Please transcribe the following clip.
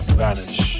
vanish